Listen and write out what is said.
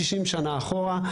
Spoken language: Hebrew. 60 שנה אחורה,